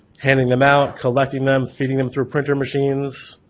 handing them out, collecting them, feeding them through printer machines,